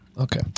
Okay